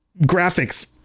graphics